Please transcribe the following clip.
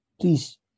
Please